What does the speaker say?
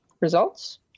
results